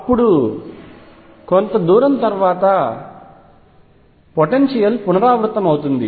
అప్పుడు కొంత దూరం తర్వాత సంభావ్యత పునరావృతమవుతుంది